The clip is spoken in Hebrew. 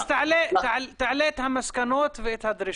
תעלה את המסקנות ואת הדרישות.